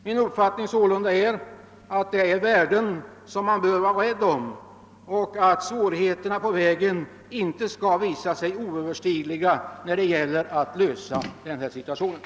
Min uppfattning är sålunda att detta är värden som man bör vara rädd om och att svårigheterna på vägen inte skall visa sig oöverstigliga, när det gäller att lösa dessa problem.